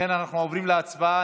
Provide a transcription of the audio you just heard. לכן אנחנו עוברים להצבעה.